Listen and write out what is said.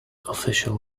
official